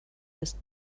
ist